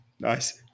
nice